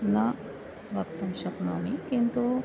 न वक्तुं शक्नोमि किन्तु